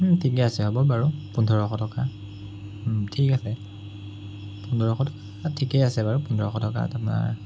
ঠিকে আছে হ'ব বাৰু পোন্ধৰশ টকা ঠিক আছে পোন্ধৰশ টকা ঠিকে আছে বাৰু পোন্ধৰশ টকাত আপোনাৰ